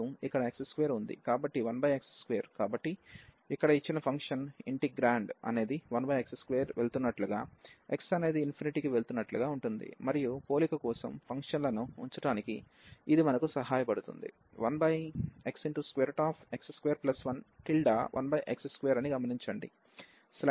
కాబట్టి ఇక్కడ ఇచ్చిన ఫంక్షన్ ఇంటిగ్రాండ్ అనేది 1x2 వెళ్తున్నట్లుగా x అనేది కి వెళుతున్నట్లుగా ఉంటుంది మరియు పోలిక కోసం ఫంక్షన్లను ఉంచడానికి ఇది మనకు సహాయపడుతుంది